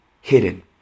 hidden